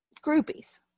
Groupies